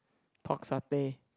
talk something